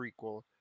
prequel